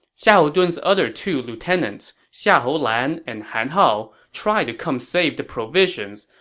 xiahou dun's other two lieutenants, xiahou lan and han hao, tried to come save the provisions,